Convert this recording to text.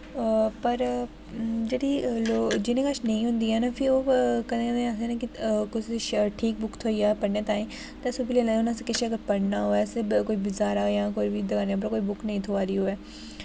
पर जेह्ड़ी लोग जिनें कच्छ नेईं होंदी ऐ फ्ही ओह् कदें कदें आखदे न कि कुसै कोलां ठीक दी बुक थ्होंई जाह् पढ़नें ताई ते अस ओह् बी किश अगर पढ़ना होऐ अस बजारा जां दकानै उप्पर कोई बुक नेईं थ्होंऐ दी होऐ